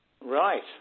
Right